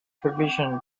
provision